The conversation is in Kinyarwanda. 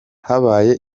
habaye